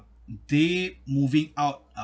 they moving out